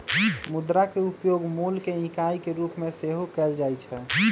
मुद्रा के उपयोग मोल के इकाई के रूप में सेहो कएल जाइ छै